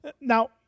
Now